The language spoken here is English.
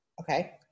Okay